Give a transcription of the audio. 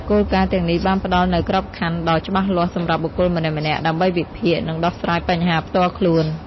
គោលការណ៍ទាំងនេះបានផ្ដល់នូវក្របខណ្ឌដ៏ច្បាស់លាស់សម្រាប់បុគ្គលម្នាក់ៗដើម្បីវិភាគ និងដោះស្រាយបញ្ហាផ្ទាល់ខ្លួន។